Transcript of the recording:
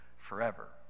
Forever